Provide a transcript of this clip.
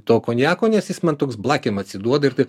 to konjako nes jis man toks blakėm atsiduoda ir taip